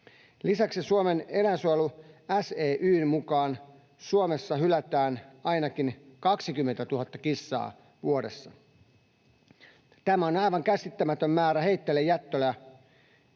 Lisäksi Suomen eläinsuojelun, SEY:n, mukaan Suomessa hylätään ainakin 20 000 kissaa vuodessa. Tämä on aivan käsittämätön määrä heitteillejättöä,